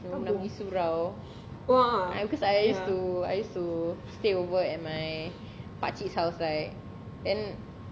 aku nak pergi surau because I used to I used to stay over at my pakcik's house right and